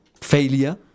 failure